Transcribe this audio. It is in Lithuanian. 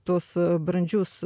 tuos brandžius